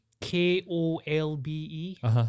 K-O-L-B-E